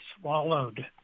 swallowed